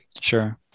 Sure